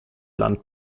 land